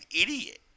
idiot